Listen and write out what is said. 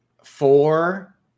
Four